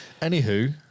Anywho